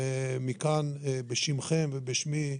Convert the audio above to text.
מכאן, בשמכם ובשמי,